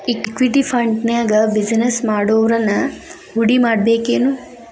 Equity ಫಂಡ್ನ್ಯಾಗ business ಮಾಡೊವ್ರನ ಹೂಡಿಮಾಡ್ಬೇಕೆನು?